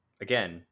Again